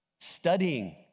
Studying